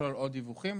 לכלול עוד דיווחים.